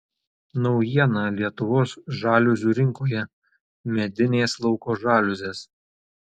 naujiena lietuvos žaliuzių rinkoje medinės lauko žaliuzės